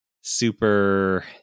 super